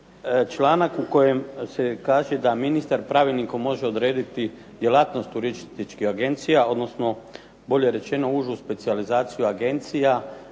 članak u kojem se kaže da ministar pravilnikom može odrediti djelatnost turističke agencija, odnosno bolje rečeno užu specijalizaciju agencija,